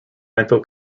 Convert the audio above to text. mental